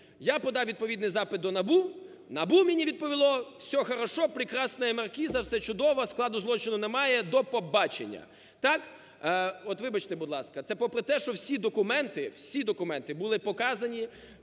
Я подав відповідний запит до НАБУ. НАБУ мені відповіло: все хорошо, пресная маркиза, все чудово, складу злочину немає, до побачення. Так? От вибачте, будь ласка, це попри те, що всі документи, всі документи були показані,